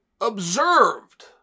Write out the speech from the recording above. observed